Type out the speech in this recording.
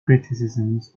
criticisms